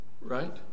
Right